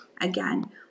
again